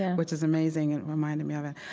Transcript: and which is amazing and reminded me of it.